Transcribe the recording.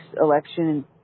election